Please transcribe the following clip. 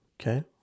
Okay